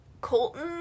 Colton